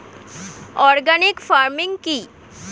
Organic farming কি?